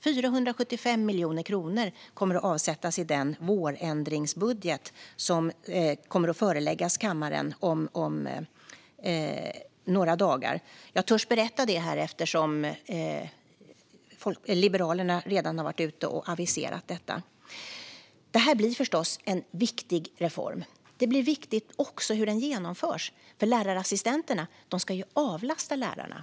475 miljoner konor kommer att avsättas i den vårändringsbudget som kommer att föreläggas kammaren om några dagar. Jag törs berätta detta eftersom Liberalerna redan har gått ut och aviserat detta. Det här blir förstås en viktig reform. Det blir också viktigt hur den genomförs, för lärarassistenterna ska avlasta lärarna.